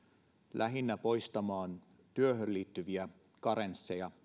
lähinnä poistamaan työhön liittyviä karensseja